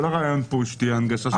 כל הרעיון הוא שתהיה הנגשה של המידע.